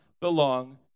belong